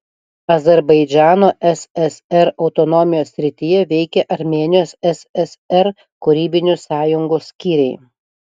azerbaidžano ssr autonomijos srityje veikė armėnijos ssr kūrybinių sąjungų skyriai